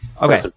Okay